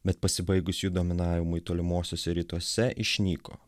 bet pasibaigus jų dominavimui tolimuosiuose rytuose išnyko